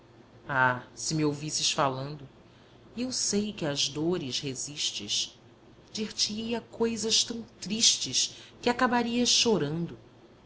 se me ouvisses falando e eu sei que às dores resistes dir te ia coisas tão tristes que acabarias chorando